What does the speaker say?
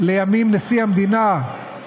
לימים נשיא המדינה,